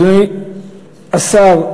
אדוני השר,